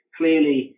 clearly